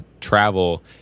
Travel